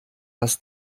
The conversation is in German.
das